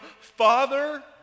Father